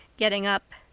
getting up.